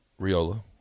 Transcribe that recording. Riola